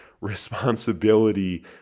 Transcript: Responsibility